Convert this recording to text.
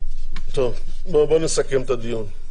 טוב, בואו נסכם את הדיון.